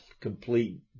complete